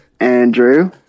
Andrew